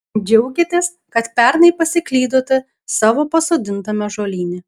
džiaugiatės kad pernai pasiklydote savo pasodintame ąžuolyne